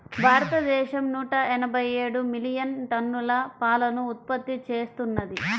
భారతదేశం నూట ఎనభై ఏడు మిలియన్ టన్నుల పాలను ఉత్పత్తి చేస్తున్నది